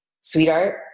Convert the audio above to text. sweetheart